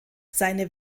seine